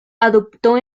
adoptó